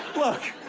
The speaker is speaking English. look,